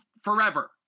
forever